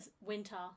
winter